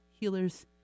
healers